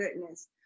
goodness